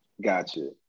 Gotcha